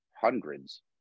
hundreds